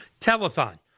telethon